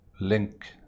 link